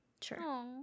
Sure